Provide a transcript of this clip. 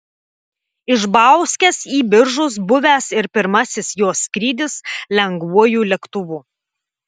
iš bauskės į biržus buvęs ir pirmasis jos skrydis lengvuoju lėktuvu